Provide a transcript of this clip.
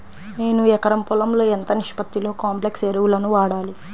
నేను ఎకరం పొలంలో ఎంత నిష్పత్తిలో కాంప్లెక్స్ ఎరువులను వాడాలి?